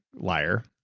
liar.